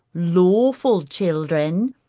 lawful children,